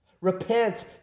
Repent